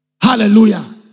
Hallelujah